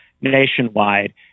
nationwide